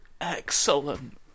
Excellent